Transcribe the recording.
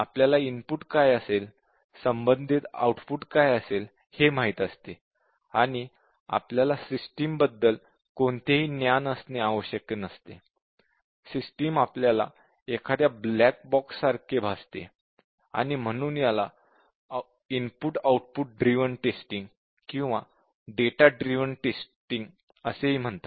आपल्याला इनपुट काय असेल संबंधित आउटपुट काय असेल हे माहित असते आणि आपल्याला सिस्टिम बद्दल कोणतेही ज्ञान असणे आवश्यक नसते सिस्टिम आपल्याला एखाद्या ब्लॅक बॉक्स सारखा भासते आणि म्हणून याला इनपुट आउटपुट ड्रिव्हन टेस्टिंग किंवा डेटा ड्रिव्हन टेस्टिंग असेही म्हणतात